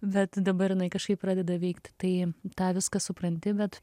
bet dabar jinai kažkaip pradeda veikti tai tą viską supranti bet